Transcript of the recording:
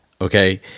Okay